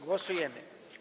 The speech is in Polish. Głosujemy.